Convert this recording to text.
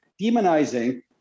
demonizing